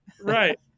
Right